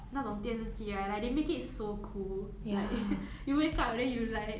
那种电视机 right like they make it so cool like you wake up then you like